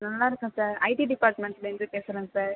நல்லாயிருக்கேன் sir IT டிப்பார்ட்மெண்ட்லேந்து பேசுகிறேன் சார்